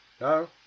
no